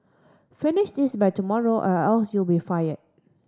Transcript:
finish this by tomorrow or else you'll be fired